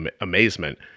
amazement